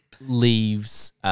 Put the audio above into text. leaves